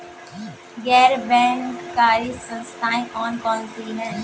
गैर बैंककारी संस्थाएँ कौन कौन सी हैं?